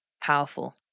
powerful